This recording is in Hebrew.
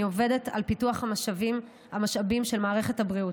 עובדת על פיתוח המשאבים של מערכת הבריאות,